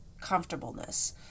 comfortableness